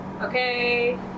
okay